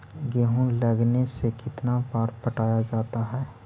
गेहूं लगने से कितना बार पटाया जाता है?